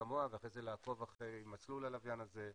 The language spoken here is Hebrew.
כמוה ואחרי זה לעקוב אחרי מסלול הלוויין הזה,